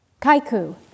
Kaiku